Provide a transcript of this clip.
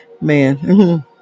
man